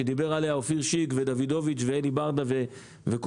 שדיברו עליה אופיר שיק ומשה דוידוביץ ואלי ברדה ולנקרי,